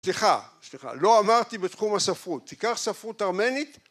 סליחה, לא אמרתי בתחום הספרות, תיקח ספרות ארמנית